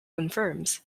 confirms